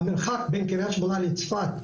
המרחק בין קריית שמונה לצפת,